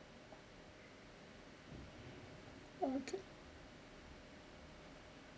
okay